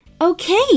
Okay